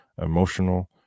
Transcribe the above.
emotional